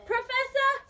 Professor